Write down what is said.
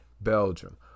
Belgium